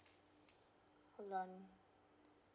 hold on